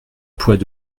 poids